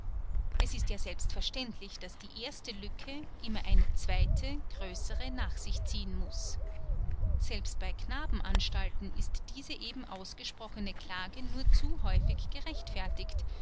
es ist ja selbstverständlich daß die erste lücke immer eine zweite größere nach sich ziehen muß selbst bei knabenanstalten ist diese eben ausgesprochene klage nur zu häufig gerechtfertigt